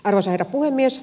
arvoisa herra puhemies